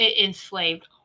enslaved